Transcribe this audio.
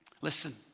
Listen